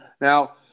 Now